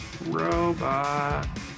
Robot